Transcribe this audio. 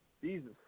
Jesus